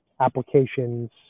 applications